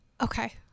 Okay